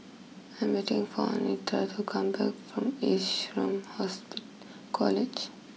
I'm waiting for Anitra to come back from Ace Room College